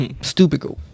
stupid